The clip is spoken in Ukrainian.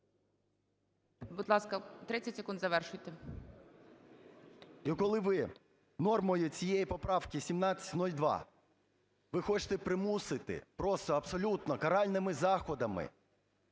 Будь ласка, 30 секунд, завершуйте. 10:53:58 ПАПІЄВ М.М. І коли ви нормою цієї поправки 1702, ви хочете примусити просто абсолютно каральними заходами